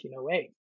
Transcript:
1908